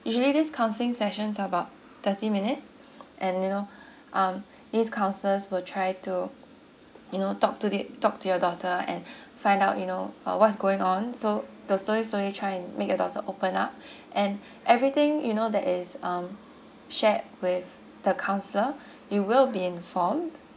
usually this counseling session about thirty minutes and you know um this counsellors will try to you know talk to it talk to your daughter and find out you know uh what's going on so to slowly slowly try and make your daughter open up and everything you know that is um shared with the counsellor you will be informed